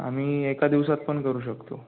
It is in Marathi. आम्ही एका दिवसात पण करू शकतो